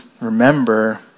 remember